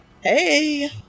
Hey